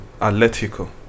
Atletico